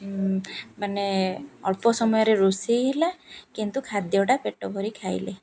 ମାନେ ଅଳ୍ପ ସମୟରେ ରୋଷେଇ ହେଲା କିନ୍ତୁ ଖାଦ୍ୟଟା ପେଟ ଭରି ଖାଇଲେ